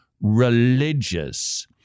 religious